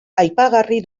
aipagarri